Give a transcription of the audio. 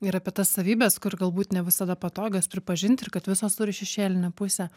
ir apie tas savybes kur galbūt ne visada patogios pripažint ir kad visos turi šešėlinę pusę